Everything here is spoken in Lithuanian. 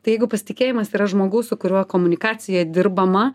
tai jeigu pasitikėjimas yra žmogaus su kuriuo komunikacija dirbama